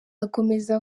akomeza